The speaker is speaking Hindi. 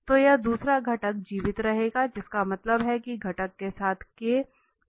तो यह दूसरा घटक जीवित रहेगा जिसका मतलब है कि घटक के साथ 2 z है